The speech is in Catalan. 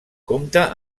compta